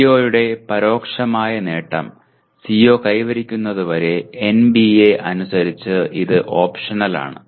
CO യുടെ പരോക്ഷമായ നേട്ടം CO കൈവരിക്കുന്നതുവരെ NBA അനുസരിച്ച് ഇത് ഓപ്ഷണലാണ്